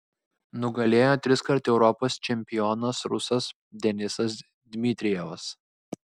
nugalėjo triskart europos čempionas rusas denisas dmitrijevas